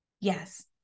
Yes